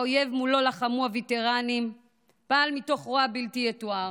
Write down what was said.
האויב שמולו לחמו הווטרנים פעל מתוך רוע בלתי יתואר,